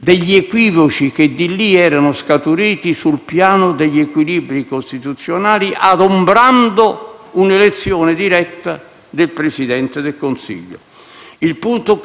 Il punto critico era dunque ai miei occhi quello - ripeto - della totale inemendabilità della proposta di nuova legge elettorale.